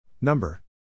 Number